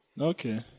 okay